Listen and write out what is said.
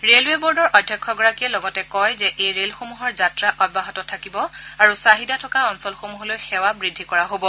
railway বৰ্ডৰ অধ্যক্ষগৰাকীয়ে লগতে কয় যে এই ৰেলসমূহৰ যাত্ৰা অব্যাহত থাকিব আৰু চাহিদা থকা অঞ্চলসমূহলৈ সেৱা বৃদ্ধি কৰা হব